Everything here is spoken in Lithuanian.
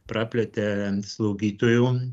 praplėtė slaugytojų